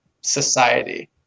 society